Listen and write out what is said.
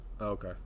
Okay